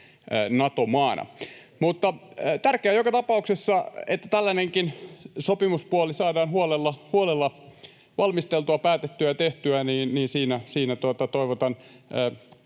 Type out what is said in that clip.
Tärkeää on joka tapauksessa, että tällainenkin sopimuspuoli saadaan huolella valmisteltua, päätettyä ja tehtyä, ja siinä toivotan